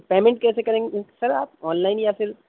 payment کیسے کریں گے سر آپ آنلائن یا پھر